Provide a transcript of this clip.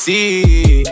See